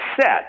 set